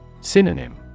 Synonym